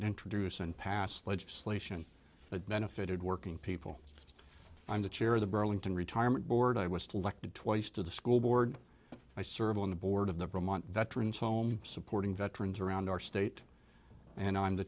introduce and pass legislation that benefited working people i'm the chair of the burlington retirement board i was to lek to twice to the school board i serve on the board of the vermont veterans home supporting veterans around our state and i'm the